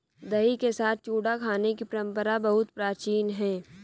दही के साथ चूड़ा खाने की परंपरा बहुत प्राचीन है